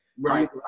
Right